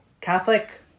Catholic